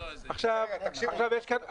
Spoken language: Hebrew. רם בן ברק (יש עתיד תל"ם): כן.